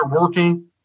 working